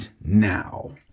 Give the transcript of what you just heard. now